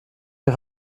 wir